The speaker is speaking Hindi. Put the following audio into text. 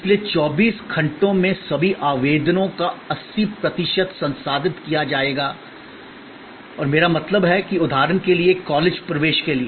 इसलिए 24 घंटों में सभी आवेदनों का 80 प्रतिशत संसाधित किया जाएगा और मेरा मतलब है कि उदाहरण के लिए कॉलेज प्रवेश के लिए